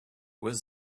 with